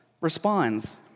responds